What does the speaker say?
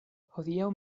hodiaŭ